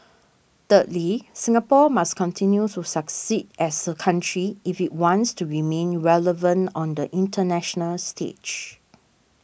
thirdly Singapore must continue to succeed as a country if it wants to remain relevant on the international stage